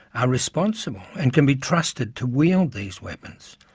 are responsible and can be trusted to wield these weapons.